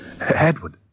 Edward